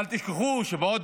אל תשכחו שבעוד